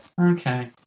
Okay